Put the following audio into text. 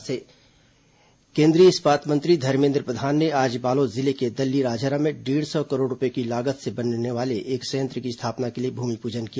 केंद्रीय मंत्री बालोददुर्ग केंद्रीय इस्पात मंत्री धर्मेन्द्र प्रधान ने आज बालोद जिले के दल्ली राजहरा में डेढ़ सौ करोड़ रूपये की लागत से बनने वाले एक संयंत्र की स्थापना के लिए भूमिपूजन किया